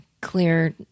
clear